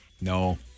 No